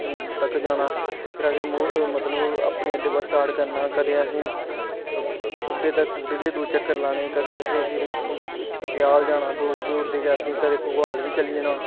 तक जाना फिर आसे मतलब अपने अड्डे उप्परा स्टार्ट करना कदें असें कुते दे दौ चक्कर लाने कंदे आसें फिर टकयाल जाना दौड़दे दौड़दे आसे कदें घगवाल बी चली जाना